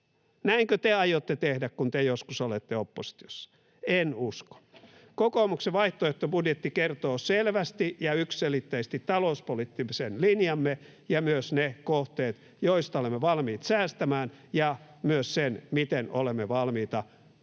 Näinkö te aiotte tehdä, kun te joskus olette oppositiossa? En usko. Kokoomuksen vaihtoehtobudjetti kertoo selvästi ja yksiselitteisesti talouspoliittisen linjamme ja myös ne kohteet, joista olemme valmiit säästämään, ja myös sen, miten olemme valmiita pysymään